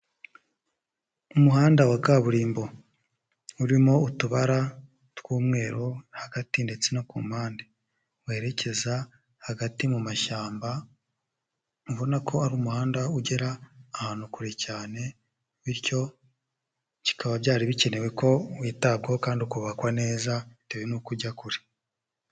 Umuhanda wa kaburimbo urimo utubara tw'umweru hagati ndetse no ku mpande werekeza hagati mu mashyamba, ubona ko ari umuhanda ugera ahantu kure cyane bityo kikaba byari bikenewe ko witabwaho kandi ukubakwa neza, bitewe n'uko ujya kure.